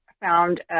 found